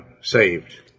saved